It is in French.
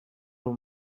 l’on